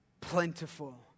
plentiful